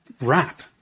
rap